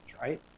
Right